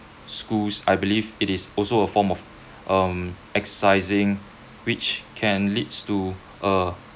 schools I believe it is also a form of um exercising which can leads to a